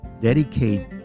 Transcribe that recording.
dedicate